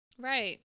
right